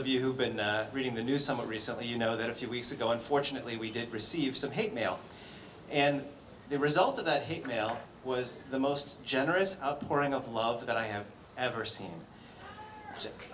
have been reading the new summer recently you know that a few weeks ago unfortunately we did receive some hate mail and the result of that hate mail was the most generous outpouring of love that i have ever seen s